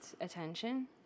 attention